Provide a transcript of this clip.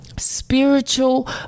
spiritual